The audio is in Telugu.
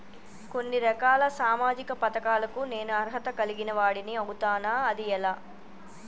కొన్ని రకాల సామాజిక పథకాలకు నేను అర్హత కలిగిన వాడిని అవుతానా? అది ఎలా?